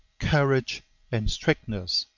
courage and strictness.